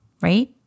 Right